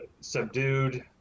subdued